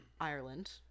Ireland